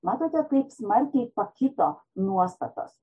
matote kaip smarkiai pakito nuostatos